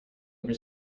over